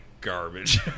garbage